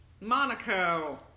Monaco